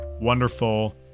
wonderful